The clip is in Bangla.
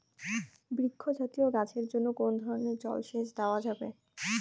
বৃক্ষ জাতীয় গাছের জন্য কোন ধরণের জল সেচ দেওয়া যাবে?